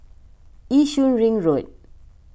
Yishun Ring Road